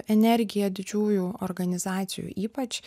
energija didžiųjų organizacijų ypač